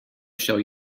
shall